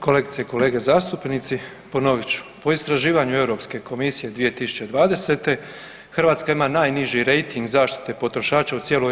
Kolegice i kolege zastupnici, ponovit ću, po istraživanju Europske komisije 2020.-te Hrvatska ima najniži rejting zaštite potrošača u cijeloj EU.